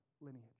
lineage